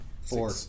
Four